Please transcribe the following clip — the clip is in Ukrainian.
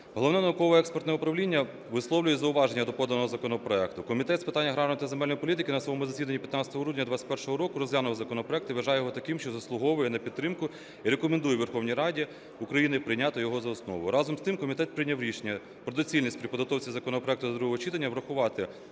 Головне науково-експертне управління висловлює зауваження до поданого законопроекту. Комітет з питань аграрної та земельної політики на своєму засіданні 15 грудня 21-го року розглянув законопроект і вважає його таким, що заслуговує на підтримку, і рекомендує Верховній Раді України прийняти його за основу. Разом з тим комітет прийняв рішення про доцільність при підготовці законопроекту до другого читання врахувати